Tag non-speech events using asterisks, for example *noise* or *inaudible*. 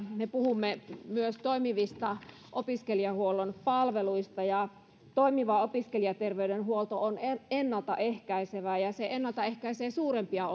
me puhumme myös toimivista opiskelijahuollon palveluista ja toimiva opiskelijaterveydenhuolto on ennalta ehkäisevä se ehkäisee ennalta suurempia *unintelligible*